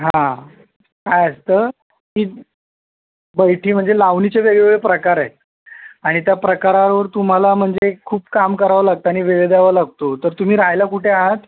हां काय असतं की बैठी म्हणजे लावणीचे वेगळेवेगळे प्रकार आहेत आणि त्या प्रकारावर तुम्हाला म्हणजे खुप काम करावं लागतं आणि वेळ द्यावा लागतो तर तुम्ही राहायला कुठे आहात